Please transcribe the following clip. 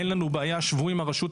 אין לנו בעיה שבו עם הרשות,